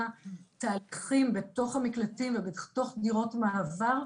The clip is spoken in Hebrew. תהליכים בתוך המקלטים ובתוך דירות המעבר.